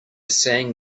sang